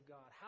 God